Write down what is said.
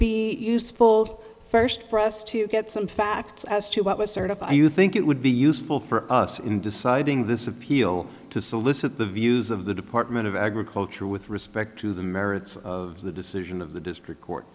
be useful first for us to get some facts as to what was certify you think it would be useful for us in deciding this appeal to solicit the views of the department of agriculture with respect to the merits of the decision of the district